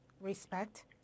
respect